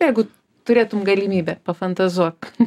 jeigu turėtum galimybę pafantazuok